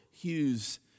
Hughes